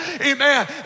Amen